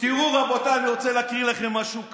תראו, רבותיי, אני רוצה להקריא לכם משהו קטן.